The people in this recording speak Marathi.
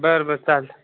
बरं बरं चालेल